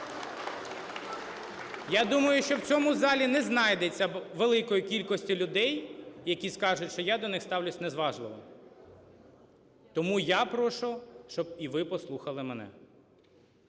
Я думаю, що в цьому залі не знайдеться великої кількості людей, які скажуть, що я до них ставлюся зневажливо. Тому я прошу, щоб і ви послухали мене.